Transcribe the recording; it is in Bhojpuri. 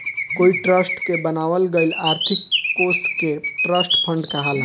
कोई ट्रस्ट के बनावल गईल आर्थिक कोष के ट्रस्ट फंड कहाला